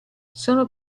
sono